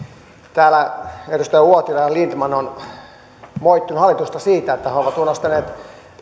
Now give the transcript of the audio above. täällä edustaja uotila ja lindtman ovat moittineet hallitusta siitä että se on unohtanut